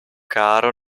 caro